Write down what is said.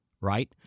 right